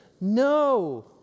No